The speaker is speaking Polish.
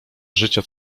życia